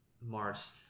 marched